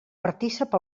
partícip